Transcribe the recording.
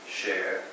share